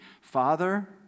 Father